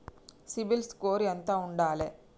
CIBIL score ఎంత ఉండాలే?